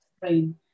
brain